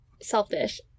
selfish